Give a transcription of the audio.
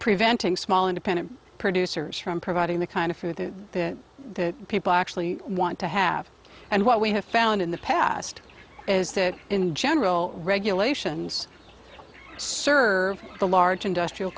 preventing small independent producers from providing the kind of food the bit that people actually want to have and what we have found in the past is that in general regulations serve the large industrial